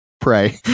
Pray